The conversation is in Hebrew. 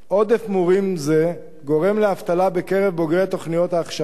עודף מורים גורם לאבטלה בקרב בוגרי תוכניות ההכשרה.